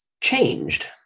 changed